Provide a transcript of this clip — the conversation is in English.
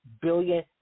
billion